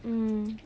mm